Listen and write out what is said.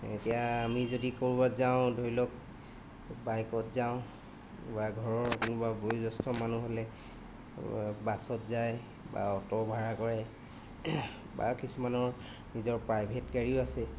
এতিয়া আমি যদি ক'ৰবাত যাওঁ ধৰি লওক বাইকত যাওঁ বা ঘৰৰ কোনোবা বয়োজেষ্ঠ্য় মানুহ হ'লে বাছত যায় বা অটো ভাড়া কৰে বা কিছুমানৰ নিজৰ প্ৰাইভেট গাড়ীও আছে